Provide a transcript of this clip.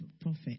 prophet